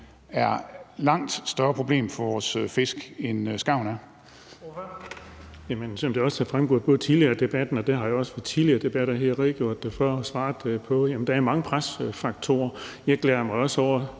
er et langt større problem for vores fisk, end skarven er?